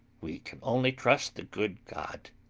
we can only trust the good god.